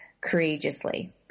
courageously